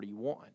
41